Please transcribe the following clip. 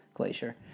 glacier